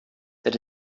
that